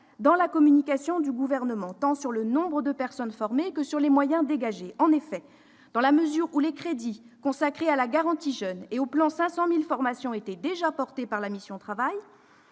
dans la communication gouvernementale, tant sur le nombre de personnes formées que sur les moyens dégagés. En effet, dans la mesure où les crédits consacrés à la garantie jeunes et au « plan 500 000 formations » figuraient déjà dans le périmètre de la mission « Travail